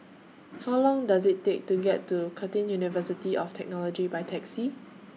How Long Does IT Take to get to Curtin University of Technology By Taxi